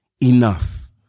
Enough